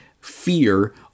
fear